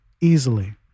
easily